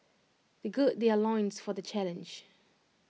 they gird their loins for the challenge